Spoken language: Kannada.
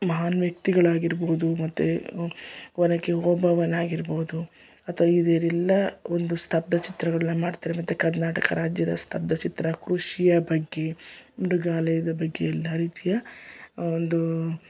ಮಹಾನ್ ವ್ಯಕ್ತಿಗಳಾಗಿರ್ಬೋದು ಮತ್ತು ಒನಕೆ ಓಬವ್ವನೇ ಆಗಿರ್ಬೋದು ಅಥವಾ ಇವರೆಲ್ಲ ಒಂದು ಸ್ಥಬ್ಧ ಚಿತ್ರಗಳನ್ನ ಮಾಡ್ತಾರೆ ಮತ್ತು ಕರ್ನಾಟಕ ರಾಜ್ಯದ ಸ್ಥಬ್ಧ ಚಿತ್ರ ಕೃಷಿಯ ಬಗ್ಗೆ ಮೃಗಾಲಯದ ಬಗ್ಗೆ ಎಲ್ಲ ರೀತಿಯ ಒಂದು